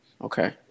Okay